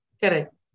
Correct